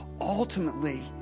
ultimately